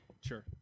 Sure